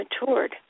matured